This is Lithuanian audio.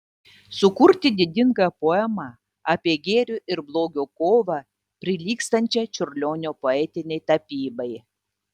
sukurti didingą poemą apie gėrio ir blogio kovą prilygstančią čiurlionio poetinei tapybai